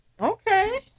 Okay